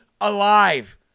alive